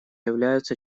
являются